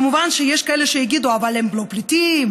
כמובן שיש כאלה שיגידו: אבל הם לא פליטים,